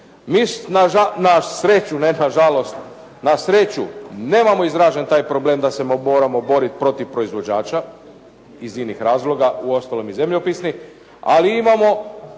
Mi na sreću, ne nažalost, na sreću nemamo izražen taj problem da se moramo boriti protiv proizvođača iz inih razloga, uostalom i zemljopisnih, ali imamo